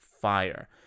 fire